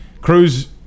Cruz